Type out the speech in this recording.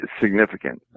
significant